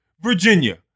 Virginia